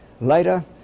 Later